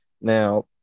Now